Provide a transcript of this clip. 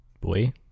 Boy